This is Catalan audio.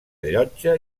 llotja